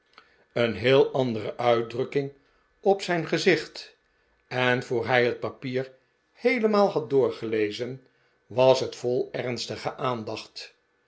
een heel andere uitdrukking op zijn gezicht en voor hij het papier heelemaal had doorgelezen was het vol ernstige aandacht